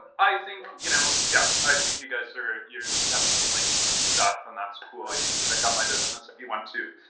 i think you know yeah, i think you guys are you have some links and stuff and that's cool. you can check out my business if you want to.